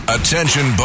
Attention